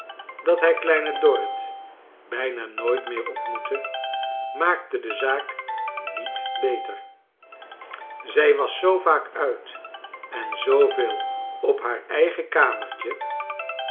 dat hij kleine dorrit bijna nooit meer ontmoette maakte de zaak niet beter zij was zoo vaak uit en zoo veel op haar eigen kamertje